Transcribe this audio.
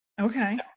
Okay